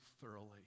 thoroughly